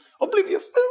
Oblivious